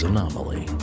Anomaly